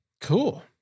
cool